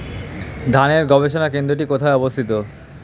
ধানের গবষণা কেন্দ্রটি কোথায় অবস্থিত?